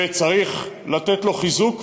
וצריך לתת לו חיזוק,